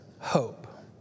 Hope